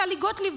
טלי גוטליב,